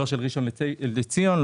ראשון לציון,